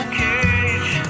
cage